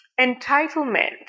entitlement